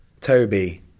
Toby